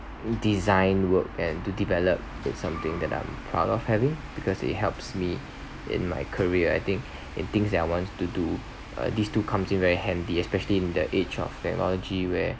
design work and to develop to something that I'm proud of having because it helps me in my career I think in things that I want to do uh these two comes in very handy especially in the age of technology where